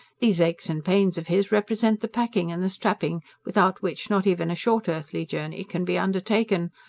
these aches and pains of his represent the packing and the strapping without which not even a short earthly journey can be undertaken.